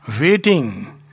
Waiting